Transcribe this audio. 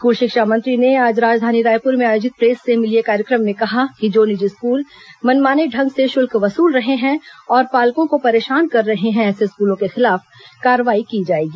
school शिक्षा मंत्री ने आज राजधानी रायपुर में आयोजित प्रेस से मिलिए कार्यक्रम में कहा कि जो निजी स्कूल मनमाने ढंग से शुल्क वसूल रहे हैं और पालकों को परेशान कर रहे हैं ऐसे स्कूलों के खिलाफ कार्रवाई की जाएगी